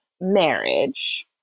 marriage